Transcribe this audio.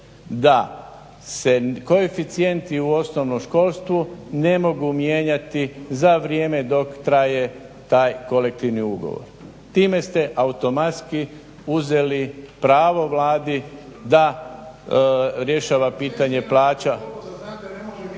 da se koeficijenti u osnovnom školstvu ne mogu mijenjati za vrijeme dok traje taj kolektivni ugovor. Time ste automatski uzeli pravo Vladi da rješava pitanje plaća